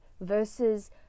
versus